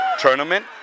tournament